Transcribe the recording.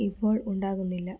ഇപ്പോൾ ഉണ്ടാകുന്നില്ല